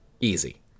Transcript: Easy